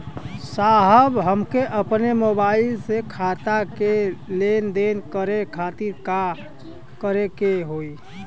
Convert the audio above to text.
साहब हमके अपने मोबाइल से खाता के लेनदेन करे खातिर का करे के होई?